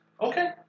Okay